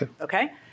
Okay